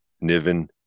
Niven